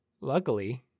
luckily